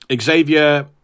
Xavier